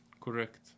Correct